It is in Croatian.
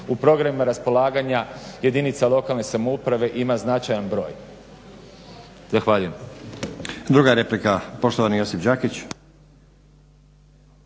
u programima raspolaganja jedinica lokalne samouprave ima značajan broj. Zahvaljujem. **Stazić, Nenad (SDP)** Druga replika poštovani Josip Đakić.